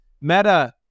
Meta